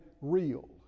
real